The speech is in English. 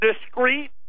discrete